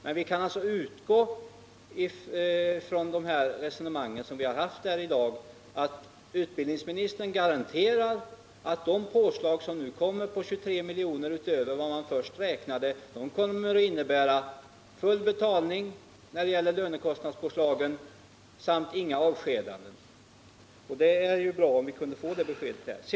Men vi kan alltså utgå från de resonemang som vi haft här i dag, att utbildningsministern garanterar att det påslag som nu kommer på 23 miljoner utöver vad man först räknade med innebär full betalning när det gäller lönekostnadspåslagen samt inga avskedanden, och det vore bra om vi kunde få det beskedet.